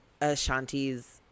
Ashanti's